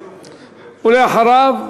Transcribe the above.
ולאחריו,